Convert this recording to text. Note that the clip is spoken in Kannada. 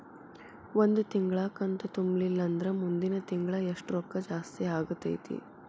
ಒಂದು ತಿಂಗಳಾ ಕಂತು ತುಂಬಲಿಲ್ಲಂದ್ರ ಮುಂದಿನ ತಿಂಗಳಾ ಎಷ್ಟ ರೊಕ್ಕ ಜಾಸ್ತಿ ಆಗತೈತ್ರಿ?